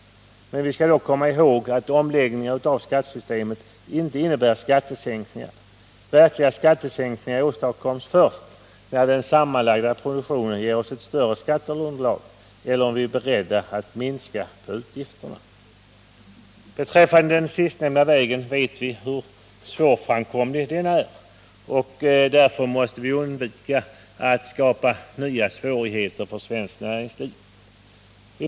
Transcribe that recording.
Men vi skall då komma ihåg att omläggningar av skattesystemet inte innebär skattesänkningar. Verkliga skattesänkningar åstadkoms först när den sammanlagda produktionen ger oss ett större skatteunderlag eller om vi är beredda att minska på utgifterna. Beträffande den sistnämnda vägen vet vi hur svårframkomlig den vägen är. Vi måste undvika att skapa nya svårigheter för svenskt näringsliv.